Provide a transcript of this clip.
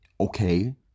okay